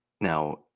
now